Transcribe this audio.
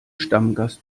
stammgast